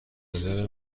نظر